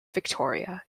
victoria